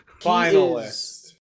Finalist